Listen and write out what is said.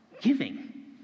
giving